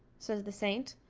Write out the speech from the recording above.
says the saint,